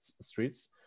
Streets